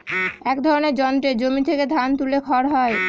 এক ধরনের যন্ত্রে জমি থেকে ধান তুলে খড় হয়